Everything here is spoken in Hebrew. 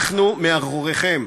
אנחנו מאחוריכם,